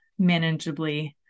manageably